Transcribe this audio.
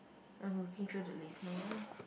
I'm looking through the list now